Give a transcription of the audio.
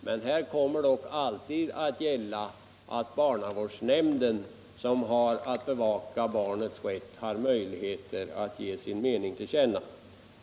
Men här kommer dock alltid att gälla att barnavårdsnämnden, som har att bevaka barnets rätt, får ge sin mening till känna.